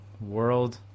world